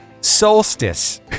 solstice